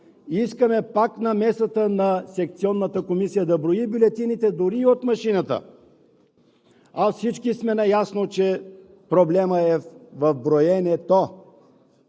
Искаме пак намесата на секционната комисия – да брои бюлетините дори и от машината. Всички сме наясно, че проблемът е в броенето!